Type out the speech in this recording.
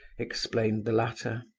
explained the latter.